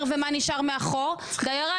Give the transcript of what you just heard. כי אלה